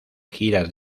giras